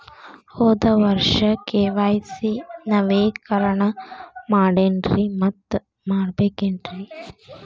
ಹೋದ ವರ್ಷ ಕೆ.ವೈ.ಸಿ ನವೇಕರಣ ಮಾಡೇನ್ರಿ ಮತ್ತ ಮಾಡ್ಬೇಕೇನ್ರಿ?